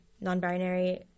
Non-binary